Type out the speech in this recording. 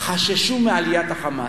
חששו מעליית ה"חמאס".